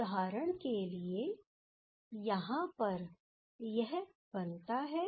उदाहरण के लिएयहां पर यह बनता है